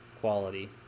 quality